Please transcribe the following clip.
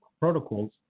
Protocols